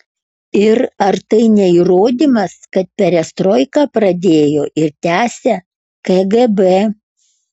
ir ar tai ne įrodymas kad perestroiką pradėjo ir tęsia kgb